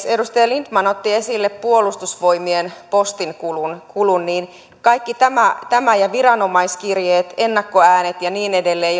edustaja lindtman otti esille puolustusvoimien postinkulun kaikki tämä tämä ja viranomaiskirjeet ennakkoäänet vaaleissa ja niin edelleen